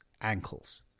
ankles